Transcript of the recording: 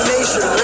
Nation